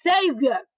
savior